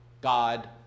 God